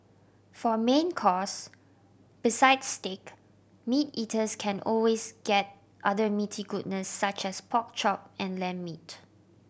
for main course besides steak meat eaters can always get other meaty goodness such as pork chop and lamb meat